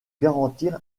garantir